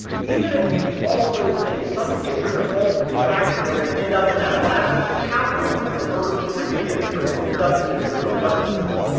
even if we do all of those things, some kids are going to fall through the cracks and they're going to end up in that last chapter before the murder story begins, they're going to end up in the juvenile justice system.